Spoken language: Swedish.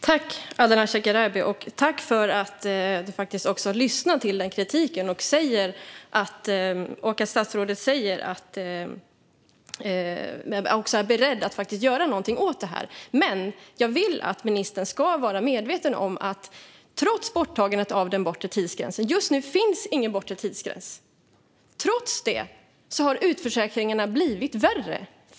Herr talman! Tack, Ardalan Shekarabi, för att du lyssnar till kritiken! Statsrådet säger att han är beredd att göra någonting åt detta. Just nu finns det ingen bortre tidsgräns. Jag vill att ministern ska vara medveten om att trots det har utförsäkringarna blivit fler.